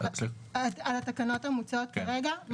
על התקנות המוצעות כרגע?